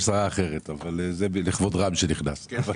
שרה אחרת אבל זה אני אומר לכבוד רם שנכנס לכאן.